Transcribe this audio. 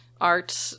art